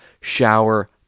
shower